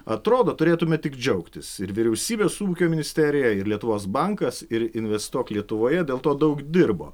atrodo turėtume tik džiaugtis ir vyriausybė su ūkio ministerija ir lietuvos bankas ir investuok lietuvoje dėl to daug dirbo